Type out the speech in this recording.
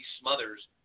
Smothers